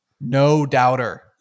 No-doubter